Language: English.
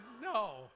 No